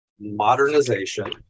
modernization